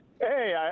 Hey